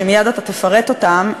שמייד אתה תפרט אותם,